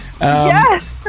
Yes